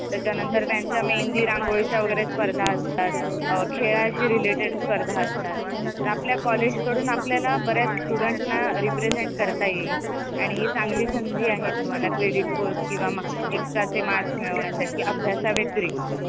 त्याच्यानंतर त्यांच्या मेहंदी रांगोळीच्या वगैरे स्पर्धा असतात खेळाशी रिलेटेड स्पर्धा असतात तर आपल्या कॉलेजकडून आपल्याला बऱ्याच स्टुडंटना रिप्रेझेंट करता येईल आणि ही चांगली संधी आहे तुम्हाला क्रेडिट कोर्स किंवा एक्स्ट्राचे मार्क्स मिळवण्यासाठी अभ्यासाव्यतिरिक्त